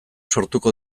sortuko